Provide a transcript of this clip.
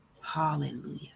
Hallelujah